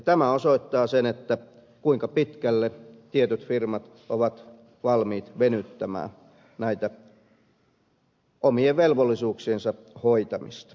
tämä osoittaa sen kuinka pitkälle tietyt firmat ovat valmiit venyttämään omien velvollisuuksiensa hoitamista